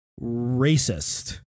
racist